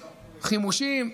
חימושים,